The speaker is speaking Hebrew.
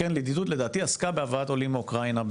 הקרן לידידות, לדעתי, עסקה בהבאת עולים מאוקראינה.